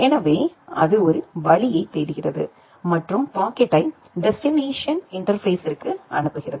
எனவே இது ஒரு வழியைத் தேடுகிறது மற்றும் பாக்கெட்டை டெஸ்டினேஷன் இன்டர்பேஸ்ஸிர்க்கு அனுப்புகிறது